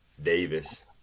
Davis